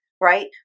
right